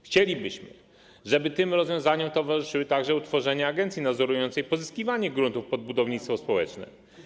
Chcielibyśmy, żeby tym rozwiązaniom towarzyszyło także utworzenie agencji nadzorującej pozyskiwanie gruntów pod budownictwo społeczne.